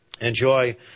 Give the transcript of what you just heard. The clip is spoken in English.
enjoy